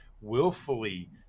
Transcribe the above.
willfully